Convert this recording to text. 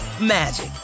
magic